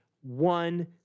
One